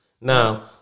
Now